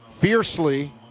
fiercely